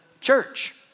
church